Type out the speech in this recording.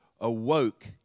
awoke